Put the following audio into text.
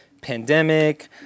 pandemic